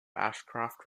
ashcroft